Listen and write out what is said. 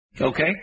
Okay